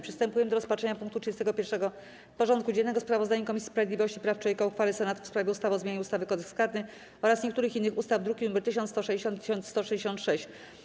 Przystępujemy do rozpatrzenia punktu 31. porządku dziennego: Sprawozdanie Komisji Sprawiedliwości i Praw Człowieka o uchwale Senatu w sprawie ustawy o zmianie ustawy - Kodeks karny oraz niektórych innych ustaw (druki nr 1160 i 1166)